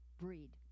breed